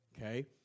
Okay